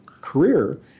career